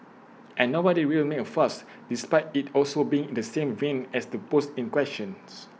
and nobody really made A fuss despite IT also being in the same vein as the post in questions